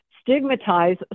stigmatize